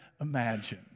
imagine